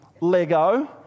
Lego